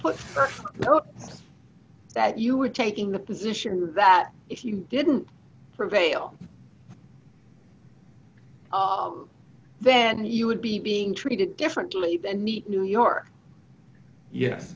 it that you were taking the position that if you didn't prevail then you would be being treated differently than me to new york yes